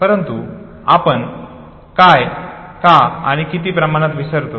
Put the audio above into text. परंतु आपण काय का आणि किती प्रमाणत विसरतो